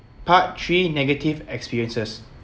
part three negative experiences